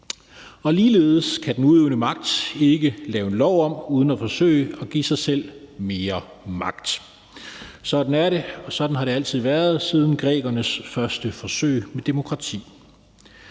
og ligeledes kan den udøvende magt ikke lave en lov om uden at forsøge at give sig selv mere magt. Sådan er det, og sådan har det altid været siden grækernes første forsøg med demokrati.